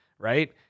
right